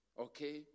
okay